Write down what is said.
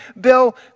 Bill